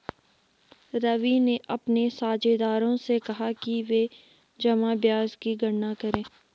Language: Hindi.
रवि ने अपने साझेदारों से कहा कि वे जमा ब्याज की गणना करें